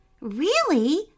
Really